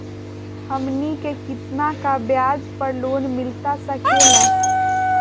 हमनी के कितना का ब्याज पर लोन मिलता सकेला?